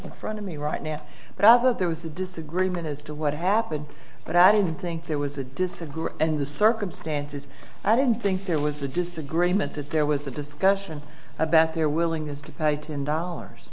in front of me right now but other there was a disagreement as to what happened but i didn't think there was a disagree and the circumstances i don't think there was a disagreement that there was a discussion about their willingness to pay ten dollars